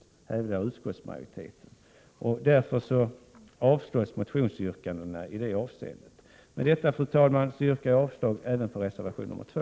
Motionsyrkandena avslås därför i det avseendet. Fru talman! Med det anförda yrkar jag avslag även på reservation nr 2.